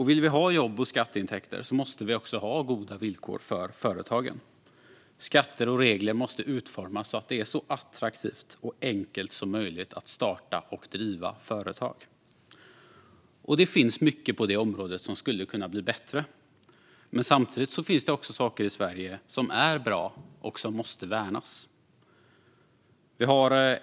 Vill vi ha jobb och skatteintäkter måste vi också ha goda villkor för företagen. Skatter och regler måste utformas så att det är attraktivt och så enkelt som möjligt att starta och driva företag. Det finns mycket på området som skulle kunna bli bättre, men samtidigt finns det saker i Sverige som är bra och som måste värnas.